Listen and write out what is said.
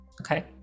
Okay